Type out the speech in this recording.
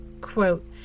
Quote